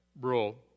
role